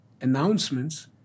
announcements